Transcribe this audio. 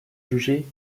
jugée